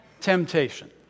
temptation